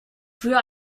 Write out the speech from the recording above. für